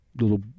little